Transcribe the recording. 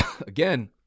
Again